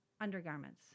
undergarments